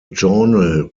journal